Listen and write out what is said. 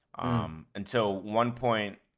um until one point,